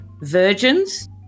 virgins